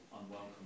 unwelcome